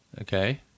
okay